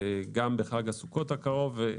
גם בחג הסוכות הקרוב.